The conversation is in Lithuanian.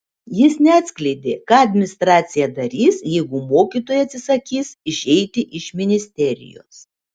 jis neatskleidė ką administracija darys jeigu mokytojai atsisakys išeiti iš ministerijos